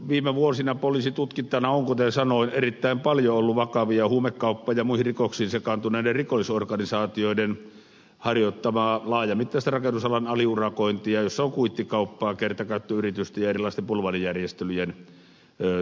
viime vuosina poliisin tutkittavana on ollut kuten sanoin erittäin paljon vakavia huumekauppa ja muihin rikoksiin sekaantuneiden rikollisorganisaatioiden harjoittamaa laajamittaista rakennusalan aliurakointia jossa on kuittikauppaa kertakäyttöyritystä ja erilaisten bulvaanijärjestelyjen muotoja